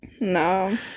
no